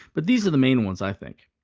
but these are the main ones, i think.